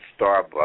Starbucks